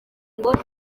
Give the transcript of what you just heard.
ngo